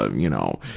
um you know,